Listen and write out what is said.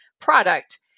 product